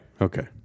okay